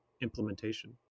implementation